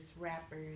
rappers